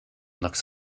looks